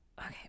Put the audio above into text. Okay